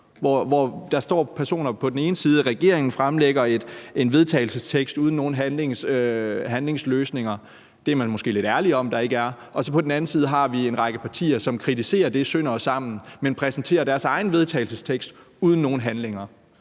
hvor regeringen på den ene side står og fremlægger en vedtagelsestekst uden nogen handlingsløsninger. Det er man måske lidt ærlig om at der ikke er. Og på den anden side har vi så en række partier, som kritiserer det sønder og sammen, men præsenterer deres egen vedtagelsestekst uden nogen handlinger.